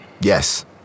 Yes